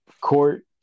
court